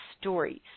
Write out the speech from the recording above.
stories